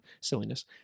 silliness